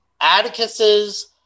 Atticus's